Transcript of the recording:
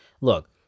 Look